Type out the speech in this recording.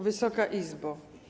Wysoka Izbo!